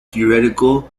theoretical